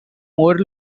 more